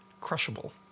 crushable